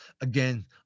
again